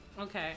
Okay